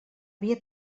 via